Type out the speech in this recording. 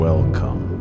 Welcome